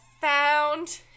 found